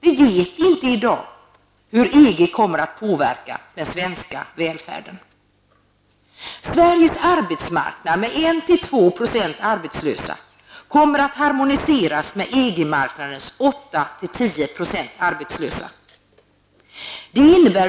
Vi vet inte i dag hur EG kommer att påverka den svenska välfärden. Sveriges arbetsmarknad, med 1--2 % arbetslösa, kommer att harmoniseras med EG-marknadens 8-- 10 % arbetslösa.